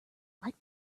like